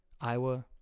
Iowa